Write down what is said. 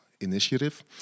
initiative